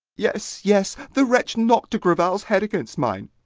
yes, yes, the wretch knocked de grival's head against mine,